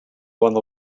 one